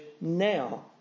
now